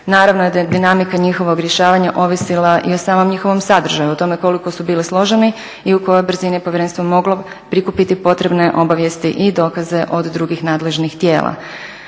Naravno da je dinamika njihovog rješavanja ovisila i o samom njihovom sadržaju, o tome koliko su bili složeni i u kojoj brzini je povjerenstvo moglo prikupiti potrebne obavijesti i dokaze od drugih nadležnih tijela.